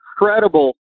incredible